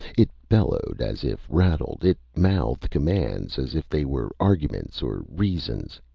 it bellowed, as if rattled. it mouthed commands as if they were arguments or reasons.